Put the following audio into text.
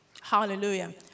Hallelujah